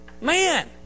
man